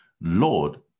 Lord